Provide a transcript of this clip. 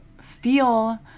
feel